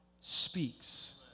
speaks